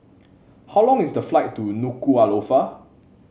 how long is the flight to Nuku'alofa